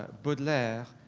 baudelaire,